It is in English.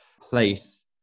place